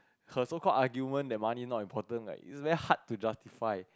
her so called argument that money not important like it's very hard to justify